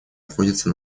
отводится